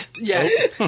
Yes